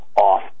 off